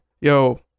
Yo